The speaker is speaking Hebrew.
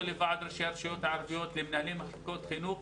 לוועד ראשי הרשויות הערביות ולמנהלי מחלקות החינוך.